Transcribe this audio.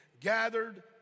gathered